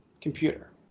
computer